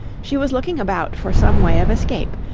she was looking about for some way of escape,